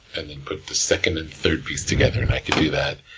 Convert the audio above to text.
and then, put the second and third piece together, could do that.